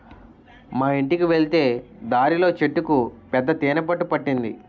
మా యింటికి వెళ్ళే దారిలో చెట్టుకు పెద్ద తేనె పట్టు పట్టింది